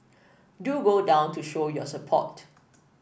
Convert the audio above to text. do go down to show your support